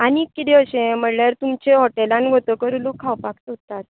आनीक कितें अशें म्हणल्यार तुमच्या हॉटेलांत वतकर लोक खावपाक सोदतात